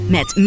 Met